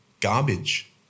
garbage